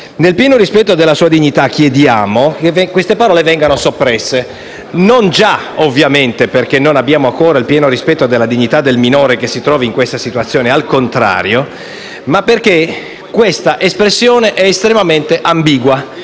non già perché non abbiamo il pieno rispetto della dignità del minore che si trovi in questa situazione ma, al contrario, perché questa espressione è estremamente ambigua. Lo abbiamo visto nel caso di Charlie Gard, il bambino